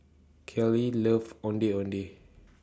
Carley loves Ondeh Ondeh